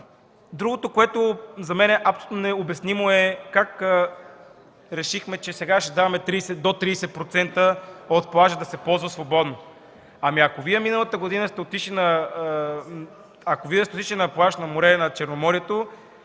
Другото, което за мен е абсолютно необяснимо, е как решихме, че сега ще даваме до 30% от плажа да се ползва свободно? Ако Вие миналата година не сте ходили на плаж на Черноморието,